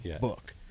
book